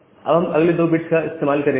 अब हम अगले 2 बिट्स का इस्तेमाल करेंगे